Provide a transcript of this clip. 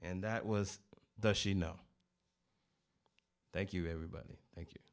and that was the she no thank you everybody thank you